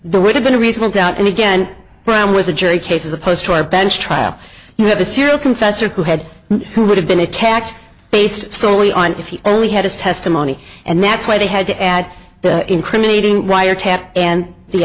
the would have been a reasonable doubt and again brown was a jury case as opposed to a bench trial you have a serial confessor who had who would have been attacked based solely on if you only had a testimony and that's why they had to add the incriminating wiretap and the